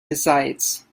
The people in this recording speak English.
besides